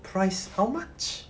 price how much